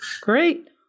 great